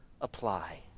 apply